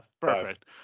perfect